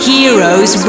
Heroes